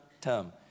term